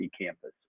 campus